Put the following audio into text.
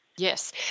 Yes